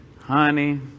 Honey